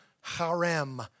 harem